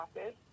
Office